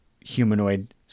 humanoid